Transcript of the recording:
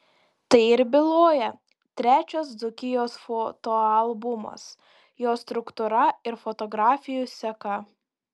tai ir byloja trečias dzūkijos fotoalbumas jo struktūra ir fotografijų seka